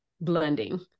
blending